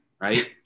right